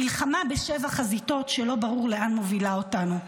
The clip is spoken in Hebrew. מלחמה בשבע חזיתות שלא ברור לאן מובילה אותנו.